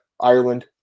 Ireland